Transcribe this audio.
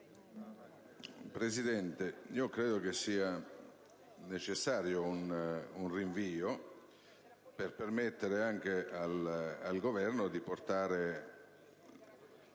Presidente, credo che sia necessario un rinvio, per permettere al Governo di portare